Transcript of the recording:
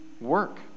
work